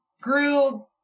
grew